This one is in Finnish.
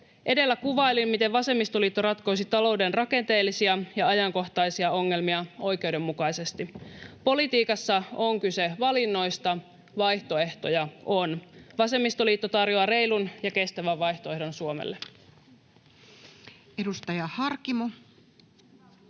Edellä kuvailin, miten vasemmistoliitto ratkoisi talouden rakenteellisia ja ajankohtaisia ongelmia oikeudenmukaisesti. Politiikassa on kyse valinnoista. Vaihtoehtoja on. Vasemmistoliitto tarjoaa reilun ja kestävän vaihtoehdon Suomelle. Edustaja Harkimo.